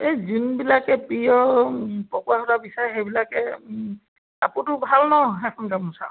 এই যোনবিলাকে পিয়ৰ পকোৱা সূতাৰ বিচাৰে সেইবিলাকে কাপোৰটো ভাল ন সেইখন গামোচাৰ